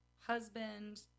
husband